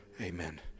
Amen